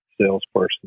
salesperson